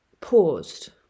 paused